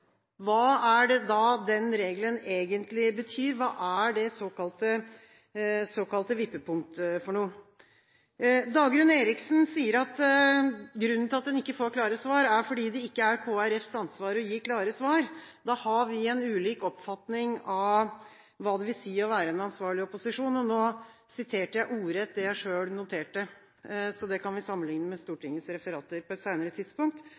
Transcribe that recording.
hva betyr da den regelen egentlig? Hva er det såkalte vippepunktet for noe? Dagrun Eriksen sier at grunnen til at en ikke får klare svar, er at det ikke er Kristelig Folkepartis ansvar å gi «klare svar». Da har vi en ulik oppfatning av hva det vil si å være en ansvarlig opposisjon. Nå siterte jeg ordrett det jeg selv noterte, så det kan vi sammenligne med Stortingets referater på et senere tidspunkt.